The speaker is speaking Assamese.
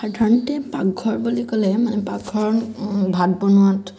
সাধাৰণতে পাকঘৰ বুলি ক'লে মানে পাকঘৰ ভাত বনোৱাত